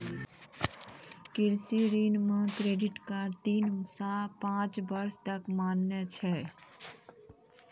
कृषि ऋण मह क्रेडित कार्ड तीन सह पाँच बर्ष तक मान्य छै